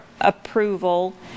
approval